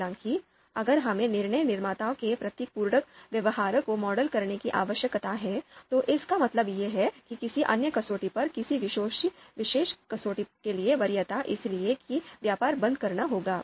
हालांकि अगर हमें निर्णय निर्माता के प्रतिपूरक व्यवहार को मॉडल करने की आवश्यकता है तो इसका मतलब है कि किसी अन्य कसौटी पर किसी विशेष कसौटी के लिए वरीयता इसलिए इसलिए कि व्यापार बंद करना होगा